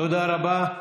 תודה רבה.